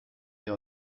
wir